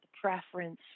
preference